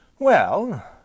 Well